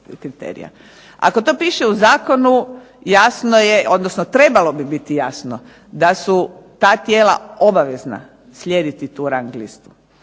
Ako to piše u zakonu jasno je, odnosno trebalo bi biti jasno da su ta tijela obavezna slijediti tu rang listu.